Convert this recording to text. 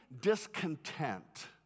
discontent